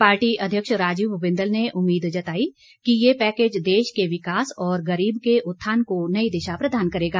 party अध्यक्ष राजीव बिंदल ने उम्मीद जताई कि ये पैकेज देश के विकास और गरीब के उत्थान को नई दिशा प्रदान करेगा